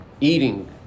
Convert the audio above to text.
eating